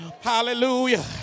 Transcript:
hallelujah